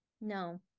no